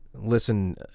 Listen